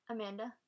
Amanda